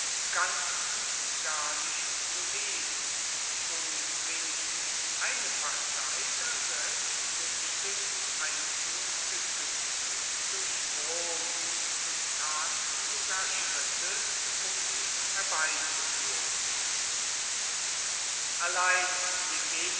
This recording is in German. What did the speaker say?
ganz und gar nicht beliebt und wenigstens eine partei daselbst wünschte die einziehung ägyptens durch rom und tat sogar schritte um sie herbeizuführen allein